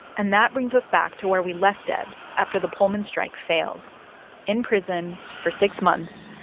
and that brings us back to where we left debs after the pullman strike failed in prison for six months,